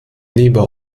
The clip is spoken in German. lieber